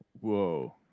whoa